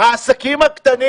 העסקים הקטנים